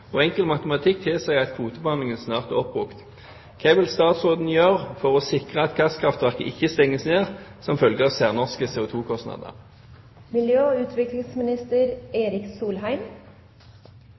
og enkel matematikk tilsier at kvotebeholdningen snart er oppbrukt. Hva vil statsråden gjøre for å sikre at gasskraftverket ikke stenges ned som følge av særnorske